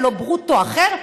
ולא ברוטו אחר,